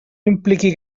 impliqui